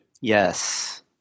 Yes